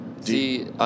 see